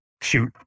shoot